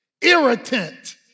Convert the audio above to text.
irritant